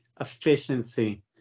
Efficiency